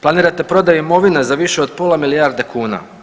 Planirate prodaju imovine za više od pola milijarde kuna.